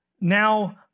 now